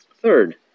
Third